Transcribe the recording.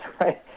right